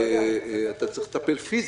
אתה צריך לטפל פיזית,